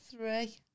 three